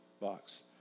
box